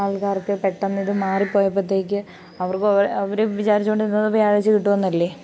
ആൾക്കാർക്ക് പെട്ടന്ന് ഇത് മാറിപ്പോയപ്പോഴത്തേക്ക് അവർക്ക് അവരും വിചാരിച്ചു കൊണ്ടിരുന്നത് വ്യാഴാഴ്ച്ച കിട്ടും എന്നല്ലേ